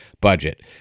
budget